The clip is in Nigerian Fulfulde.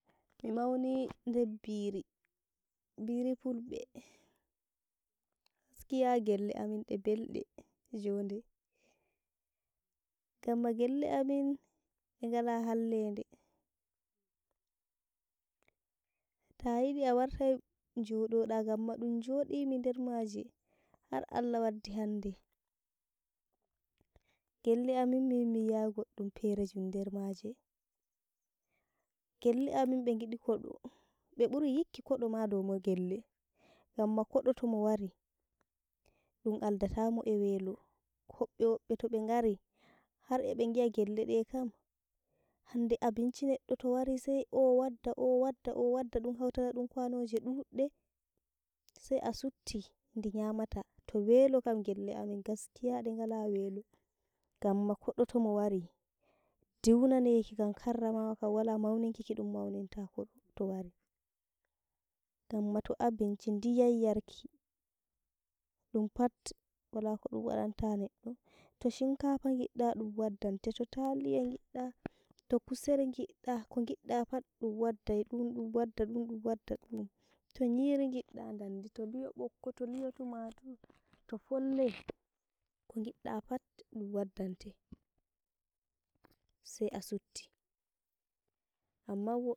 Mi mauni er biri, biri fulɓe gaskiya gelle amin de belɗe joɗe, gamma gelle amin de gala hallede, tayiɗi awartai njododa gamma ɗum njoɗimi nder maje har Allah waddi hande gell amin miyahai goddum ferejuni ndermaje, gelle amin begidi kodo, deburi yikki kodoma dow mo gell, kodo tomo wari dum aldatamo e welo, hoɓɓe woɓɓe tobe ngari harebe gi'a gellede kam hande abunci neɗɗo towari sai owadda owadda owadda ɗum hau tana ɗum kwanoje ɗuudde? sai a sutti ndi nyamata, towelo kam gelle amin gaskiya degala welo. Gamma kodo tomo wari diunaneki kam karrama wa wala mauninki kidum aumin tako towari gamma to abinci ndiyam yarki, dum pat wala kodum wadanta neddo, to shinkafa ngidda, dum waddante, to taliya ngidda dum waddante, to kusel ngidda, kogidda pat dum wadda dum wadda dum, to nyiri gidda dandi, to li'o bokko, to li'o tumatur, to polle, ko gidda pat dum waddante sai a sutti amman wob.